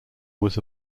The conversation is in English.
was